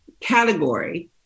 category